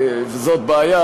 וזאת בעיה.